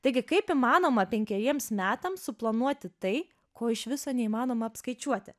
taigi kaip įmanoma penkeriems metams suplanuoti tai ko iš viso neįmanoma apskaičiuoti